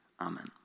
Amen